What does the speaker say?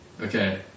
okay